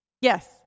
Yes